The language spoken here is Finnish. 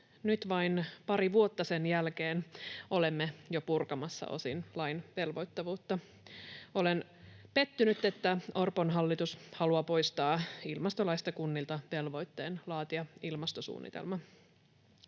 Nyt vain pari vuotta sen jälkeen olemme jo purkamassa osin lain velvoittavuutta. Olen pettynyt, että Orpon hallitus haluaa poistaa ilmastolaista kunnilta velvoitteen laatia ilmastosuunnitelma.